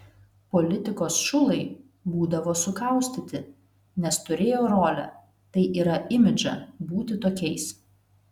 politikos šulai būdavo sukaustyti nes turėjo rolę tai yra imidžą būti tokiais